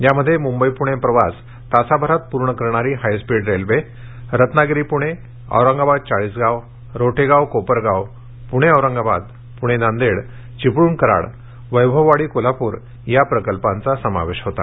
यामध्ये मुंबई पूणे प्रवास तासाभरात पूर्ण करणारी हायस्पीड रेल्वे त्नागिरी पूणे औरंगाबाद चाळीसगाव रोटेगाव कोपरगाव पुणे औरंगाबाद पुणे नांदेड चिपळूण कराड वैभववाडी कोल्हापूर या प्रकल्पांचा समावेश होता